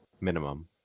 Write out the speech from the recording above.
Minimum